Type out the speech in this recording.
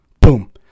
boom